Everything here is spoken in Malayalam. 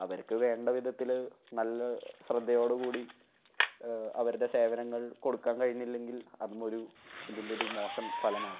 അവർക്കു വേണ്ട വിധത്തിൽ നല്ല ശ്രദ്ധയോടു കൂടി അവരുടെ സേവനങ്ങൾ കൊടുക്കാൻ കഴിയുന്നില്ലെങ്കിൽ അതുമൊരു ഇതിൻ്റെ ഒരു മോശം ഫലമാണ്